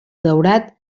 daurat